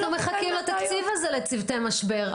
אנחנו מחכים לתקציב הזה לצוותי משבר.